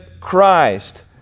Christ